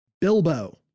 bilbo